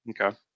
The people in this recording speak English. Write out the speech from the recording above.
okay